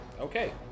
Okay